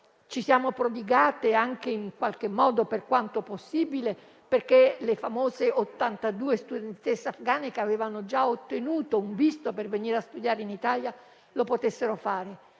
Ci siamo prodigate anche, per quanto possibile, perché le famose 82 studentesse afghane che avevano già ottenuto un visto per venire a studiare in Italia lo potessero fare.